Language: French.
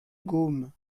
gaume